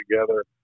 together